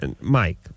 Mike